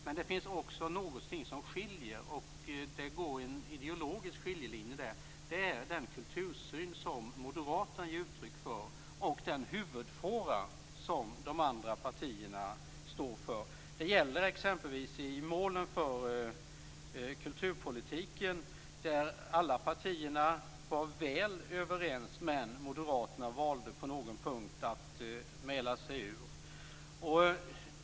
Men det finns också någonting som skiljer - en ideologisk skiljelinje - nämligen den kultursyn som Moderaterna ger uttryck för och den huvudfåra som de andra partierna står för. Det gäller exempelvis i målen för kulturpolitiken, som alla partier var väl överens om, men Moderaterna valde på någon punkt att mäla sig ur.